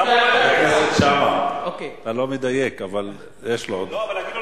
חבר הכנסת שאמה, אתה לא מדייק, אבל יש לו עוד.